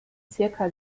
zirka